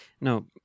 no